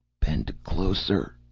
bend closer,